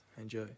Enjoy